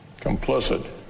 complicit